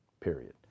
Period